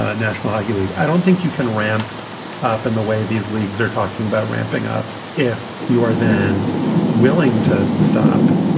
ah national hockey league. i don't think you can ramp up in the way these leagues are talking about ramping up. if you are then willing to stop,